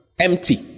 Empty